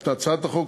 את הצעת החוק.